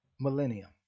millennium